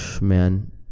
man